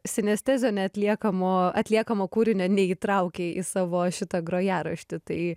sinestezio neatliekamo atliekamo kūrinio neįtraukei į savo šitą grojaraštį tai